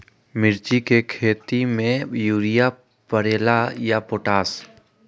मिर्ची के खेती में यूरिया परेला या पोटाश?